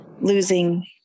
losing